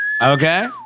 Okay